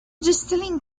distilling